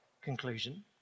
conclusion